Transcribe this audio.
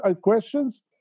questions